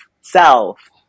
self